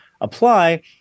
apply